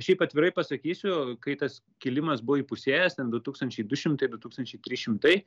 šiaip atvirai pasakysiu kai tas kilimas buvo įpusėjęs ten du tūkstančiai du šimtai du tūkstančiai trys šimtai